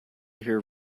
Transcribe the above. hear